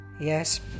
Yes